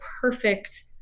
perfect